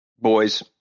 boys